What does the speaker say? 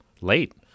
late